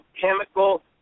chemical